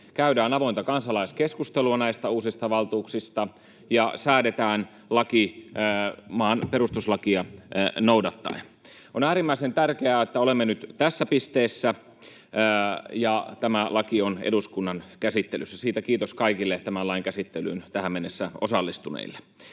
käydään avointa kansalaiskeskustelua näistä uusista valtuuksista ja säädetään laki maan perustuslakia noudattaen. On äärimmäisen tärkeää, että olemme nyt tässä pisteessä ja tämä laki on eduskunnan käsittelyssä — siitä kiitos kaikille tämän lain käsittelyyn tähän mennessä osallistuneille.